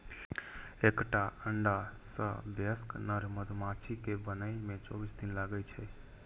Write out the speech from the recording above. एकटा अंडा सं वयस्क नर मधुमाछी कें बनै मे चौबीस दिन लागै छै